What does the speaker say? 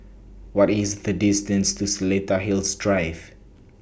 What IS The distance to Seletar Hills Drive